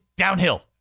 Downhill